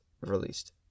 released